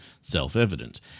self-evident